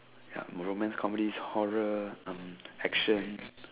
ya romance comedies horror um action